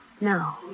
No